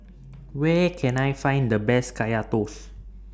Where Can I Find The Best Kaya Toast